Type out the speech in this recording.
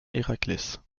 héraclès